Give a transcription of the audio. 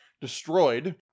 destroyed